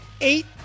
Eight